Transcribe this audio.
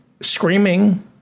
screaming